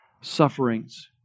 sufferings